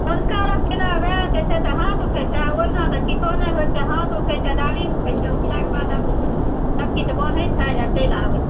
अनकर जेना वएह हाथ उठै छै ओहि दिना तऽ किछो नहि होइ छै हाथ उठै छै डाली उठै छै उठलाक बाद सब किछु बान्है छै आ चलि आबै छै